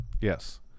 yes